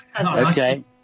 Okay